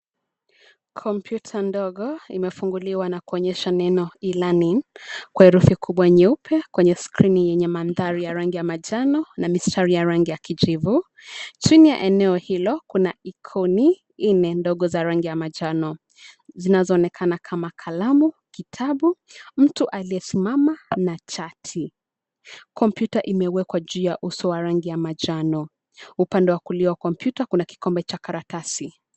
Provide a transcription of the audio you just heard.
Kompyuta ndogo imefunguliwa na kuonyesha neno E-learning kwa herufi kubwa nyeupe kwenye skrini yenye mandhari ya rangi ya manjano na mistari ya rangi ya kijivu. Chini ya eneo hilo kuna ikoni nne ndogo za rangi ya manjano zinazoonekana kama kalamu, kitabu, mtu aliyesimama na chati. Kompyuta imewekwa juu ya uso wa rangi ya manjano. Upande wa kulia wa kompyuta kuna kikombe cha karatasi.